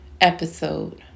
episode